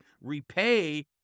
repay